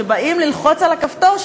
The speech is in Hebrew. שבאים ללחוץ על הכפתור,